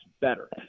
better